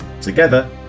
Together